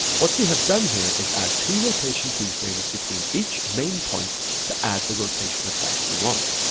what we have done here is add two rotation keyframes between each main point to add the rotation effect we want.